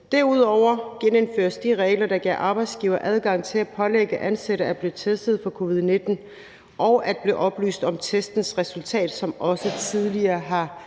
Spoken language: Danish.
Derudover genindføres de regler, der giver arbejdsgivere adgang til at pålægge ansatte at blive testet for covid-19 og at blive oplyst om testens resultat, som også gjaldt tidligere.